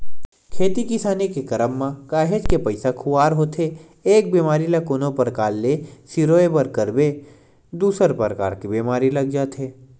खेती किसानी के करब म काहेच के पइसा खुवार होथे एक बेमारी ल कोनो परकार ले सिरोय बर करबे दूसर परकार के बीमारी लग जाथे